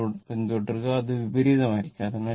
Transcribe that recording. വഴി പിന്തുടരുക അത് വിപരീതമായിരിക്കും